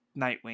Nightwing